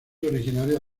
originaria